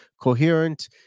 coherent